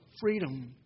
freedom